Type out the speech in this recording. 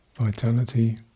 vitality